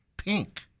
pink